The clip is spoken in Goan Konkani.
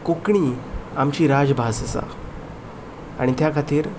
कोंकणी आमची राजभास आसा आनी त्याखातीर